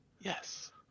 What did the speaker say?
Yes